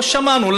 לא שמענו.